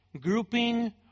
grouping